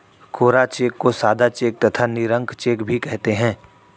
कोरा cheque को सादा cheque तथा निरंक चेक भी कहते हैं